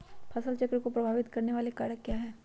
फसल चक्र को प्रभावित करने वाले कारक क्या है?